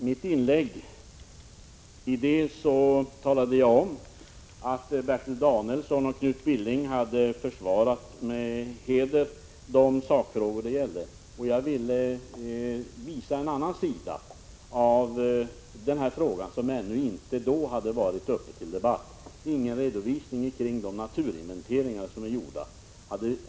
Herr talman! I mitt huvudanförande talade jag om att Bertil Danielsson och Knut Billing med heder hade försvarat sakfrågorna och att jag ville visa en annan sida av det här ärendet som då ännu inte tagits upp till debatt. Det hade inte tidigare i debatten lämnats någon redovisning av de naturinventeringar som är gjorda.